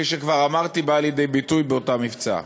שכפי שכבר אמרתי באה לידי ביטוי באותו מבצע.